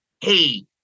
hey